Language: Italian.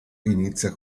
inizia